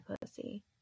pussy